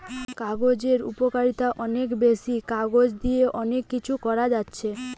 কাগজের উপকারিতা অনেক বেশি, কাগজ দিয়ে অনেক কিছু করা যাচ্ছে